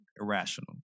irrational